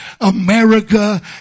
America